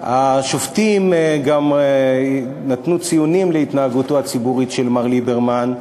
השופטים גם נתנו ציונים להתנהגותו הציבורית של מר ליברמן,